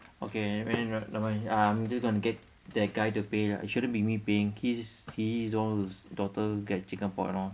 okay never mind ah I'm just go and get the guy to pay lah it shouldn't be me paying his his own daughter get chicken pox you know